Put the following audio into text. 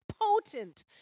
potent